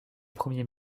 premier